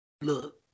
Look